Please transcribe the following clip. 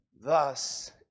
thus